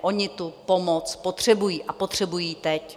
Oni tu pomoc potřebují a potřebují ji teď.